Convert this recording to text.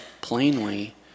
plainly